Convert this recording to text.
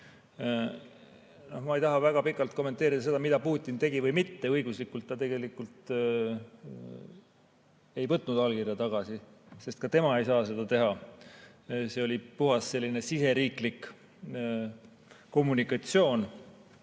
Ma ei taha väga pikalt kommenteerida seda, mida Putin tegi või ei teinud, aga õiguslikult ta tegelikult ei võtnud allkirja tagasi, sest ka tema ei saa seda teha. See oli puhas siseriiklik kommunikatsioon,